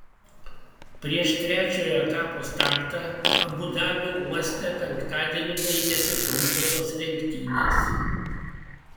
prieš trečiojo etapo startą abu dabio uoste penktadienį baigėsi trumposios lenktynės